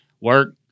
Work